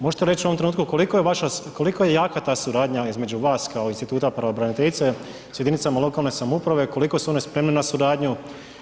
Možete li reći u ovom trenutku koliko je jaka ta suradnja između vas kao instituta pravobraniteljice sa jedinicama lokalne samouprave, koliko su one spremne na suradnju?